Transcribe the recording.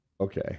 Okay